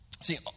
See